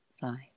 five